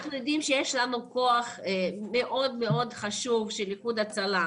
אנחנו יודעים שיש לנו כוח מאוד-מאוד חשוב של איחוד הצלה,